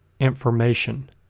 information